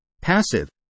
Passive